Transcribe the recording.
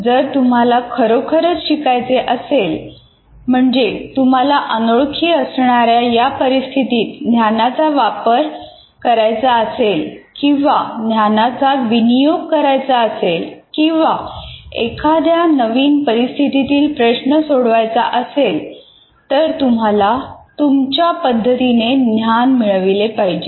जर तुम्हाला खरोखरच शिकायचे असेल म्हणजे तुम्हाला अनोळखी असणाऱ्या या परिस्थितीत ज्ञानाचा वापर करायचा असेल किंवा ज्ञानाचा विनियोग करायचा असेल किंवा एखाद्या नव्या परिस्थितीतील प्रश्न सोडवायचा असेल तर तुम्हाला तुमच्या पद्धतीने ज्ञान मिळविले पाहिजे